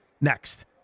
next